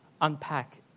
unpack